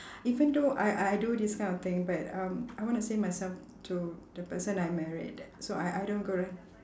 even though I I I do this kind of thing but um I want to save myself to the person I married so I I don't go around